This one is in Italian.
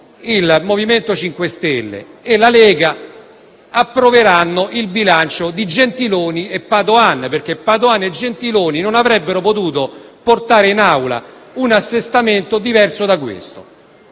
il MoVimento 5 Stelle e la Lega approveranno il bilancio di Gentiloni Silveri e Padoan, perché quest'ultimi non avrebbero potuto portare in Aula un assestamento diverso da questo.